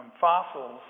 fossils